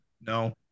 No